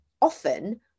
often